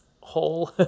hole